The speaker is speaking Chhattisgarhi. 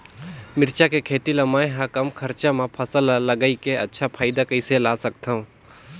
मिरचा के खेती ला मै ह कम खरचा मा फसल ला लगई के अच्छा फायदा कइसे ला सकथव?